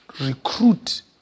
recruit